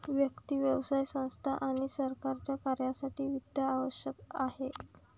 व्यक्ती, व्यवसाय संस्था आणि सरकारच्या कार्यासाठी वित्त आवश्यक आहे